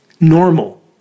normal